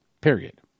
period